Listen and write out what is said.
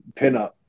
pinup